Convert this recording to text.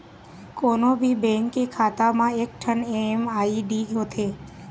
कोनो भी बेंक के खाता म एकठन एम.एम.आई.डी होथे